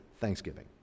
thanksgiving